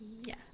Yes